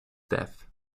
death